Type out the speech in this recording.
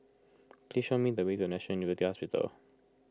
please show me the way to National University Hospital